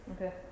Okay